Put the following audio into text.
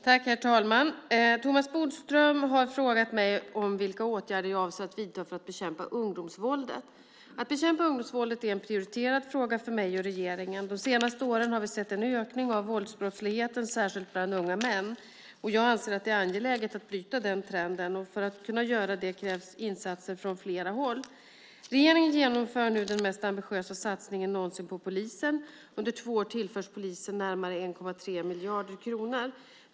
Herr talman! Thomas Bodström har frågat mig vilka åtgärder jag avser att vidta för att bekämpa ungdomsvåldet. Att bekämpa ungdomsvåldet är en prioriterad fråga för mig och regeringen. De senaste åren har vi sett en ökning av våldsbrottsligheten, särskilt bland unga män. Jag anser att det är angeläget att bryta den trenden, och för att kunna göra det krävs insatser från flera håll. Regeringen genomför nu den mest ambitiösa satsningen någonsin på polisen. Under två år tillförs polisen närmare 1,3 miljarder kronor.